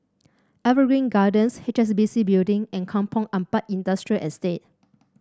Evergreen Gardens H S B C Building and Kampong Ampat Industrial Estate